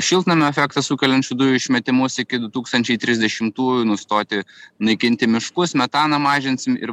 šiltnamio efektą sukeliančių dujų išmetimus iki du tūkstančiai trisdešimtųjų nustoti naikinti miškus metaną mažinsim ir